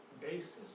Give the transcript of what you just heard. basis